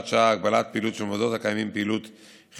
שעה) (הגבלת פעילות של מוסדות המקיימים פעילות חינוך),